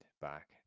back